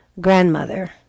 grandmother